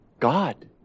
God